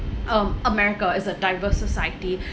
um america is a diverse society